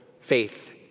faith